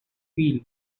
peel